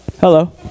Hello